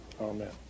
Amen